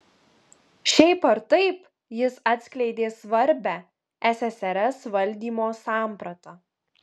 šiaip ar taip jis atskleidė svarbią ssrs valdymo sampratą